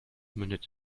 mündet